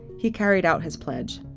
he carried out his pledge.